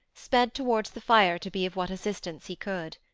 sped towards the fire to be of what assistance he could.